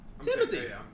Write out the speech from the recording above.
Timothy